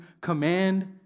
command